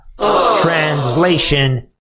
translation